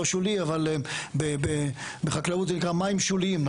לא שולי אבל בחקלאות זה נקרא מים שוליים.